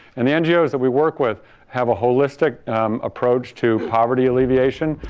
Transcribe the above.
and the ngos that we work with have a holistic approach to poverty alleviation,